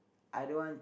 I don't want